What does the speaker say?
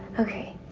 okay,